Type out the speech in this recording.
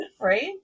Right